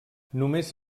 només